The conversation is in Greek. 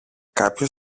κάποιος